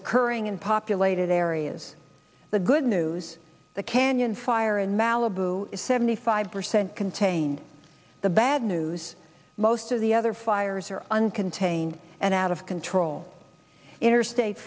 occurring in populated areas the good news the canyon fire in malibu is seventy five percent contained the bad news most of the other fires are uncontained and out of control interstate